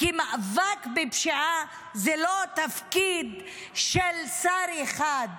כי מאבק בפשיעה הוא לא תפקיד של שר אחד,